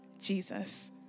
Jesus